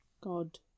God